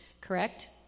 correct